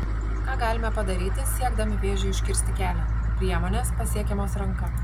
ką galime padaryti siekdami vėžiui užkirsti kelią priemonės pasiekiamos ranka